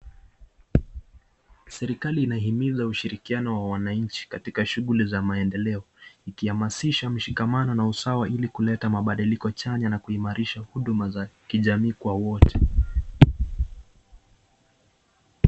Serikali inahimiza ushirikiano wa wananchi, katika shughuli za maendeleo ikihamasisha mshikamano na usawa ili kuleta mabadiliko chanya na kuimarisha huduma za kijamii kwa wote.